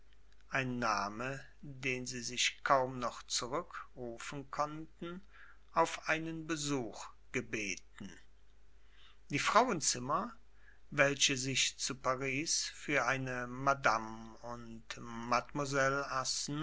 ein name den sie sich kaum noch zurückrufen konnten auf einen besuch gebeten die frauenzimmer welche sich zu paris für eine madame und